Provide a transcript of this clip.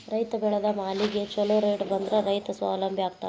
ರೈತ ಬೆಳೆದ ಮಾಲಿಗೆ ಛೊಲೊ ರೇಟ್ ಬಂದ್ರ ರೈತ ಸ್ವಾವಲಂಬಿ ಆಗ್ತಾನ